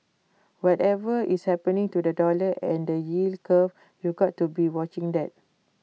whatever is happening to the dollar and the yield curve you've got to be watching that